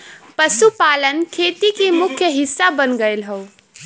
पशुपालन खेती के मुख्य हिस्सा बन गयल हौ